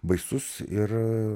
baisus ir